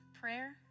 prayer